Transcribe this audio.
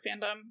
fandom